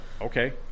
okay